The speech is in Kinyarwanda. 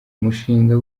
umushinga